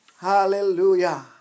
Hallelujah